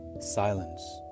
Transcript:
Silence